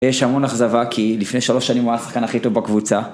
יש המון אכזבה כי לפני שלוש שנים הוא היה השחקן הכי טוב בקבוצה